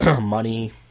money